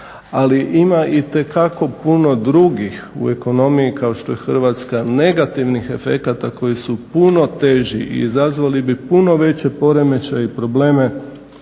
Ali ima itekako puno drugih u ekonomiji kao što je hrvatska, negativnih efekata koji su puno teži i izazavali bi punu veće poremećaje i probleme